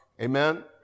Amen